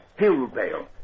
Hillvale